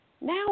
now